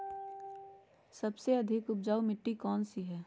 सबसे अधिक उपजाऊ मिट्टी कौन सी हैं?